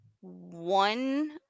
one –